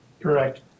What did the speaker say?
Correct